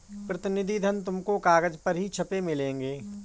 प्रतिनिधि धन तुमको कागज पर ही छपे मिलेंगे